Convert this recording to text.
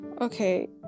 Okay